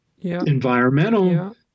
environmental